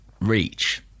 reach